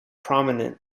prominent